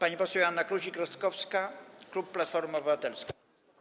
Pani poseł Joanna Kluzik-Rostkowska, klub Platforma Obywatelska.